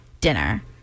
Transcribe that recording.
dinner